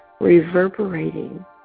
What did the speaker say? reverberating